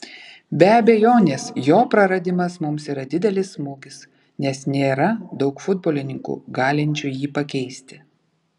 be abejonės jo praradimas mums yra didelis smūgis nes nėra daug futbolininkų galinčių jį pakeisti